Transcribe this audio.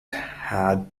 had